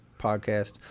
podcast